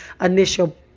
initial